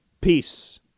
Peace